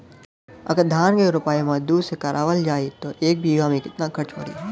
अगर धान क रोपाई मजदूर से करावल जाई त एक बिघा में कितना खर्च पड़ी?